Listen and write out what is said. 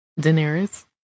Daenerys